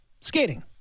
Skating